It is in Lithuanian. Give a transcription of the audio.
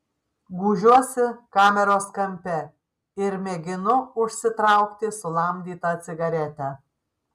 gūžiuosi kameros kampe ir mėginu užsitraukti sulamdytą cigaretę